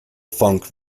funk